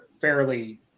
Fairly